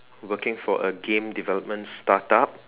working for a game development start up